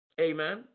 Amen